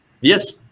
Yes